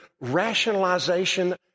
rationalization